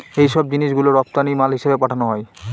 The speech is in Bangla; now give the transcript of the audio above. এইসব জিনিস গুলো রপ্তানি মাল হিসেবে পাঠানো হয়